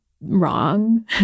wrong